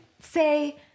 say